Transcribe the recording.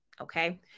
Okay